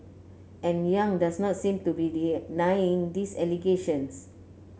and Yong does not seem to be denying these allegations